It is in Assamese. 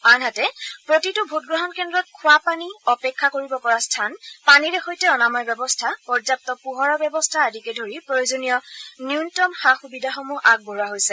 আনহাতে প্ৰতিটো ভোটগ্ৰহণ কেন্দ্ৰত খোৱাপানী অপেক্ষা কৰিব পৰা স্থান পানীৰে সৈতে অনাময় ব্যৱস্থা পৰ্যাপ্ত পোহৰৰ ব্যৱস্থা আদিকে ধৰি প্ৰয়োজনীয় ন্যনতম সা সুবিধাসমূহ আগবঢ়োৱা হৈছে